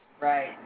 Right